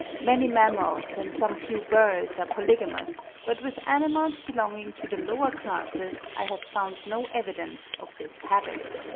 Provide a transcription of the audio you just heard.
many mammals and some few birds are polygamous, but with animals belonging to the lower classes i have found no evidence of this habit.